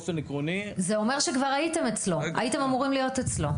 זה אומר שכבר הייתם אמורים להיות אצלו.